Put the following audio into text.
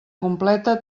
completa